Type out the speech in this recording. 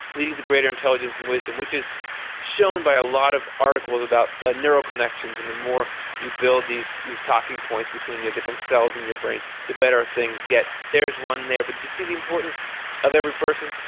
leading to greater intelligence and wisdom. which is shown by a lot of articles about ah neural connections and the more you build these talking points between the different cells in your brain the better things get. there's one there. but you see the importance of every person?